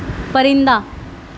پرندہ